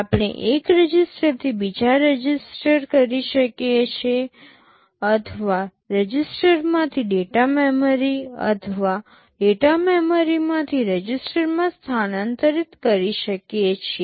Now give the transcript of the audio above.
આપણે એક રજિસ્ટરથી બીજામાં રજીસ્ટર કરી શકીએ છીએ અથવા રજીસ્ટરમાંથી ડેટા મેમરી અથવા ડેટા મેમરીમાંથી રજીસ્ટરમાં સ્થાનાંતરિત કરી શકીએ છીએ